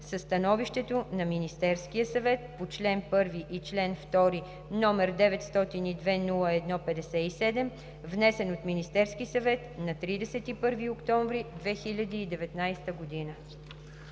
със становището на Министерския съвет по чл. 1 и чл. 2, № 902-01-57, внесен от Министерския съвет на 31 октомври 2019 г.“